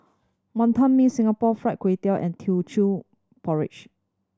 Wonton Mee Singapore Fried Kway Tiao and Teochew Porridge